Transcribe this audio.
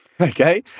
okay